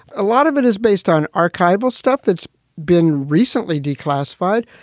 a lot of it is based on archival stuff that's been recently declassified.